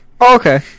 Okay